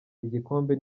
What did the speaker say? igikombe